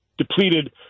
depleted